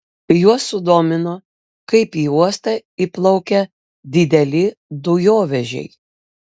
juos sudomino kaip į uostą įplaukia dideli dujovežiai